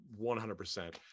100%